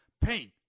Paint